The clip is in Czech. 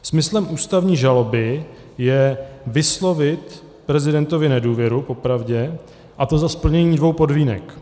Smyslem ústavní žaloby je vyslovit prezidentovi nedůvěru, popravdě, a to za splnění dvou podmínek.